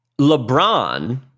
lebron